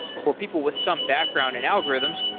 for people with some background in algorithms,